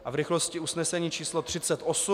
A v rychlosti usnesení číslo 38.